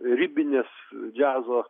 ribinės džiazo